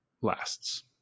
lasts